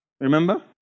Remember